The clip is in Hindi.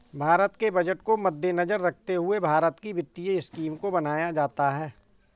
भारत के बजट को मद्देनजर रखते हुए भारत की वित्तीय स्कीम को बनाया जाता है